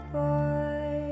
boy